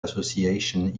association